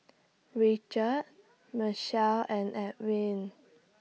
Richard Mechelle and Edwin